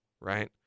right